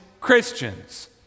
Christians